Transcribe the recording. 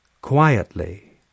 Quietly